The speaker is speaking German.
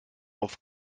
auf